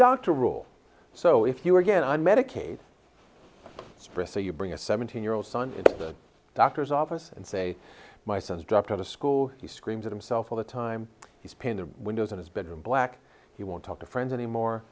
doctor rule so if you are again i medicaid express so you bring a seventeen year old son in the doctor's office and say my son's dropped out of school he screams at himself all the time he's paying the windows in his bedroom black he won't talk to friends anymore